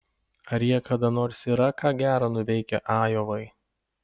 ar jie kada nors yra ką gera nuveikę ajovai